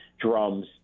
drums